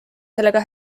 sellega